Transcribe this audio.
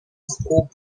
scoop